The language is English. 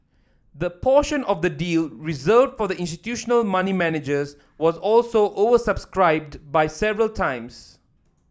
the portion of the deal reserved for institutional money managers was also oversubscribed by several times